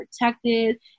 protected